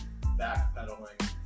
backpedaling